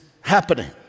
happening